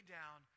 down